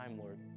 Lord